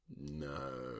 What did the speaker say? No